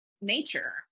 nature